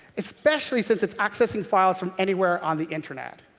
especially since it's accessing files from anywhere on the internet.